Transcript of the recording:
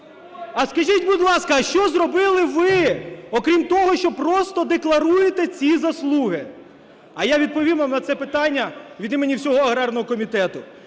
А скажіть, будь ласка, а що зробили ви, окрім того, що просто декларуєте ці заслуги? А я відповім вам на це питання від імені всього аграрного комітету.